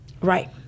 Right